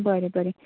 बरें बरें